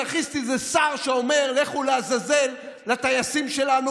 אנרכיסטים זה שר שאומר "לכו לעזאזל" לטייסים שלנו